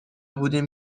بودیم